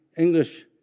English